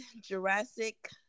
Jurassic